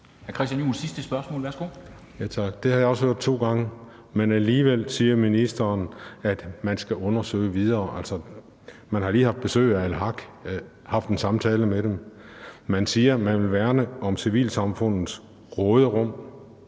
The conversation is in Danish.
Det har jeg også hørt to gange, men alligevel siger ministeren, at man skal undersøge det videre. Man har lige haft besøg af Al-Haq og haft en samtale med dem, og man siger, at man vil værne om civilsamfundets råderum.